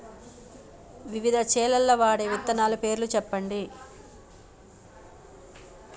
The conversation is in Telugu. వివిధ చేలల్ల వాడే విత్తనాల పేర్లు చెప్పండి?